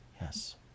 Yes